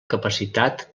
capacitat